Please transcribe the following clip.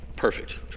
perfect